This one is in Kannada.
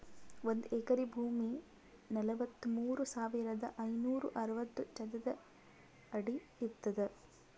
ಒಂದ್ ಎಕರಿ ಭೂಮಿ ನಲವತ್ಮೂರು ಸಾವಿರದ ಐನೂರ ಅರವತ್ತು ಚದರ ಅಡಿ ಇರ್ತದ